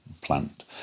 plant